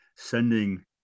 sending